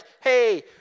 hey